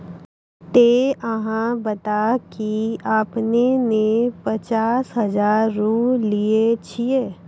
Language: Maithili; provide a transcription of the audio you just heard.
ते अहाँ बता की आपने ने पचास हजार रु लिए छिए?